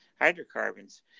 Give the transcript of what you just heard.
hydrocarbons